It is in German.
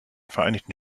vereinigten